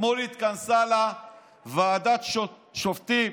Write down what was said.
אתמול התכנסה לה ועדת שופטים